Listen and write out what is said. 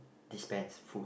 dispense food